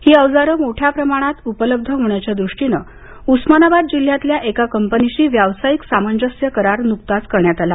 ही अवजारे मोठया प्रमाणात उपलब्ध होण्याच्या दृष्टीने उस्मानाबाद जिल्ह्यातील एका कंपनीशी व्यावसायिक सामंजस्य करार नुकताच करण्यात आला